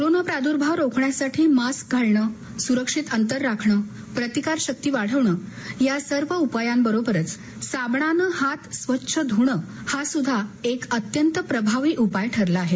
corona प्रादुर्भाव रोखण्यासाठी mask घालणे सुरक्षित अंतर राखणे प्रतिकारशक्ती वाढवणे या सर्व उपायांबरोबरच साबणाने हात स्वच्छ धुणे हा एक अत्यंत प्रभावी उपाय ठरला आहे